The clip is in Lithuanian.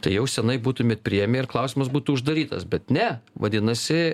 tai jau senai būtumėt priėmę ir klausimas būtų uždarytas bet ne vadinasi